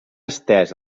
estès